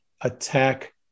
attack